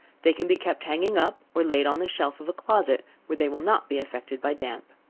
they can be kept hanging up, or laid on the shelf of a closet, where they will not be affected by damp.